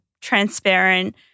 transparent